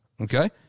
Okay